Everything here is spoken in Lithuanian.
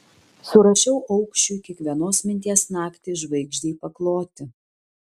surašiau aukščiui kiekvienos minties naktį žvaigždei pakloti